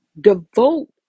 Devote